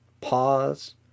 pause